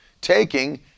taking